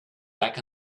back